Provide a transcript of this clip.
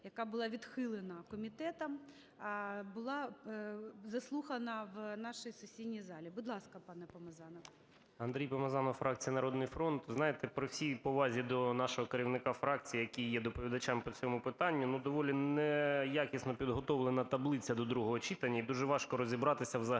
яка була відхилена комітетом, була заслухана в нашій сесійній залі. Будь ласка, пане Помазанов. 13:14:12 ПОМАЗАНОВ А.В. Андрій Помазанов, фракція "Народний фронт". Ви знаєте, при всій повазі до нашого керівника фракції, який є доповідачем по цьому питанню, ну, доволі неякісно підготовлена таблиця до другого читання. І дуже важко розібратися взагалі